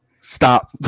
Stop